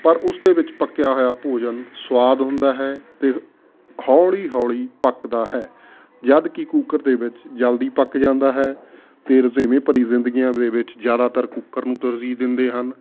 ਪਰ ਉਸ ਦੇ ਵਿੱਚ ਪੱਕਿਆ ਹੋਇਆ ਭੋਜਨ ਸਵਾਦ ਹੁੰਦਾ ਹੈ ਅਤੇ ਹੌਲੀ ਹੌਲੀ ਪੱਕਦਾ ਹੈ ਜਦਕਿ ਕੂਕਰ ਦੇ ਵਿੱਚ ਜਲਦੀ ਪੱਕ ਜਾਂਦਾ ਹੈ ਅਤੇ ਰੁਝੇਵੇਂ ਭਰੀ ਜ਼ਿੰਦਗੀਆਂ ਦੇ ਵਿੱਚ ਜ਼ਿਆਦਾਤਰ ਕੂਕਰ ਨੂੰ ਤਰਜੀਹ ਦਿੰਦੇ ਹਨ